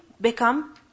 become